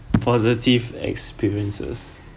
positive experiences